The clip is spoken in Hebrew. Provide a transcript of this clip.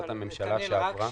רק רגע.